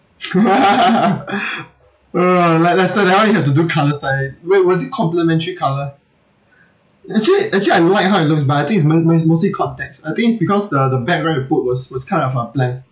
uh like lester that one you have to do colour study where was it complementary colour actually actually I don't like how it looks but I think is mo~ mo~ mostly context I think is because the the background you put was was kind of uh plain